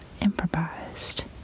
improvised